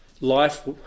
life